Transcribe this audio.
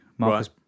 Marcus